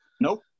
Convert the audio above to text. Nope